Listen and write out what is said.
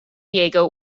diego